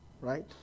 right